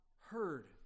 heard